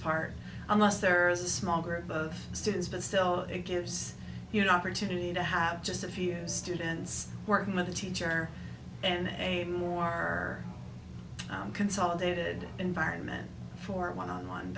part unless there is a small group of students but still it gives you no opportunity to have just a few students working with a teacher and a more consolidated environment for a one on one